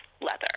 leather